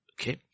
Okay